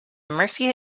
mercia